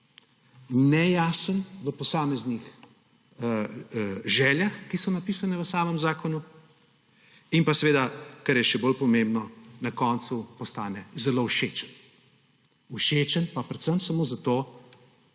nejasen v posameznih željah, ki so napisane v samem zakonu, in seveda, kar je še bolj pomembno, na koncu postane zelo všečen. Všečen pa predvsem samo zato,